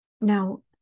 Now